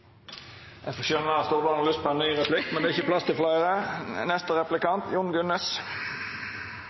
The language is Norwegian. har lyst på ein ny replikk, men det er ikkje plass til fleire.